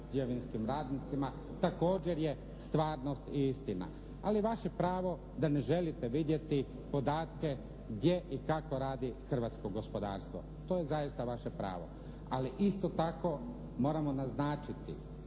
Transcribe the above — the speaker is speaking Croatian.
brodograđevinskim radnicima također je stvarnost i istina. Ali vaše pravo da ne želite vidjeti podatke gdje i kako radi hrvatsko gospodarstvo, to je zaista vaše pravo. Ali isto tako, moramo naznačiti